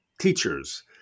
teachers